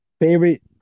favorite